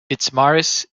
fitzmaurice